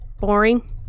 Boring